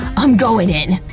i'm goin' in!